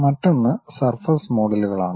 മറ്റൊന്ന് സർഫസ് മോഡലുകളാണ്